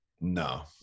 No